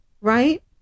right